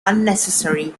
unnecessary